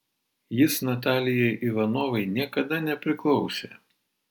jis natalijai ivanovai niekada nepriklausė